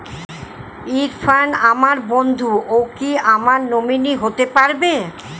ইরফান আমার বন্ধু ও কি আমার নমিনি হতে পারবে?